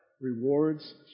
rewards